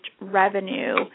revenue